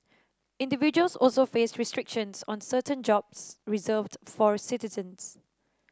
individuals also face restrictions on certain jobs reserved for citizens